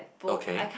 okay